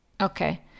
Okay